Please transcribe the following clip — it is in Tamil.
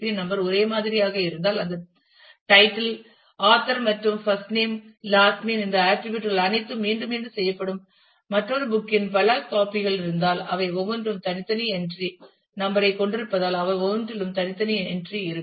என் நம்பர் ஒரே மாதிரியாக இருந்தால் அந்த தலைப்பு ஆசிரியர் மற்றும் முதல் பெயர் கடைசி பெயர் இந்த ஆட்டிரிபியூட் அனைத்தும் மீண்டும் மீண்டும் செய்யப்படும் மற்றும் புத்தகத்தின் பல காபி கள் இருந்தால் அவை ஒவ்வொன்றும் தனித்தனி என்றி நம்பர் ஐ கொண்டிருப்பதால் அவை ஒவ்வொன்றிற்கும் தனித்தனி என்றி இருக்கும்